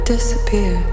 Disappear